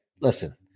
listen